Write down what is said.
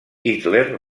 hitler